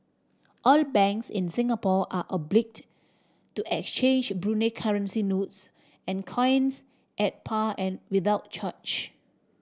all banks in Singapore are obliged to exchange Brunei currency notes and coins at par and without charge